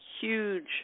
huge